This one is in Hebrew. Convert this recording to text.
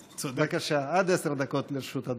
בבקשה, עד עשר דקות לרשות אדוני.